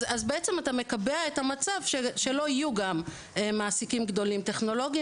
אז בעצם אתה מקבע את המצב שלא יהיו גם מעסיקים גדולים טכנולוגיים,